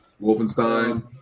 Wolfenstein